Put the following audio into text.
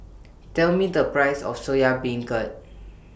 Tell Me The priceS of Soya Beancurd